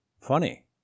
funny